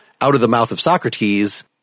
out-of-the-mouth-of-Socrates